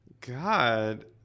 God